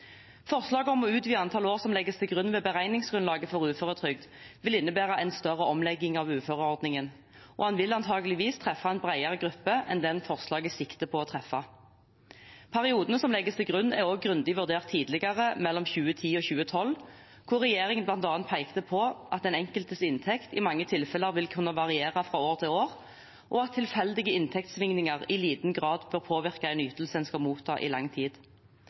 Forslaget om å utvide antallet år som legges til grunn ved beregningsgrunnlaget for uføretrygd, vil innebære en større omlegging av uføreordningen, og den vil antagelig treffe en bredere gruppe enn den forslaget sikter på å treffe. Periodene som legges til grunn, er også grundig vurdert tidligere, mellom 2010 og 2012, der regjeringen bl.a. pekte på at den enkeltes inntekt i mange tilfeller vil kunne variere fra år til år, og at tilfeldige inntektssvingninger i liten grad bør påvirke en ytelse en skal motta i lang tid.